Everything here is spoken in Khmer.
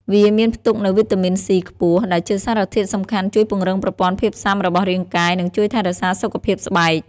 វាមានផ្ទុកនូវ វីតាមីន ស៊ី ខ្ពស់ ដែលជាសារធាតុសំខាន់ជួយពង្រឹងប្រព័ន្ធភាពស៊ាំរបស់រាងកាយ និងជួយថែរក្សាសុខភាពស្បែក។